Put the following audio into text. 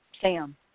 Sam